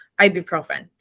ibuprofen